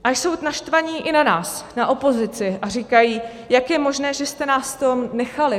A jsou naštvaní i na nás, na opozici, a říkají, jak je možné, že jste nás v tom nechali?